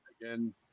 again